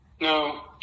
No